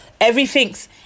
Everything's